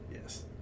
Yes